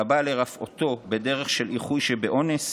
והבא לרפאותו בדרך של איחוי שבאונס